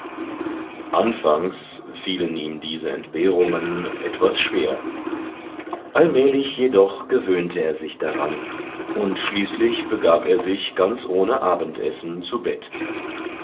anfangs fielen ihm diese entbehrungen etwas schwer allmählich jedoch gewöhnte er sich daran und schließlich begab er sich ganz ohne abendessen zu bett